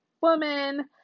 woman